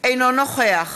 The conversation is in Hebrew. אינו נוכח